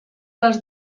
les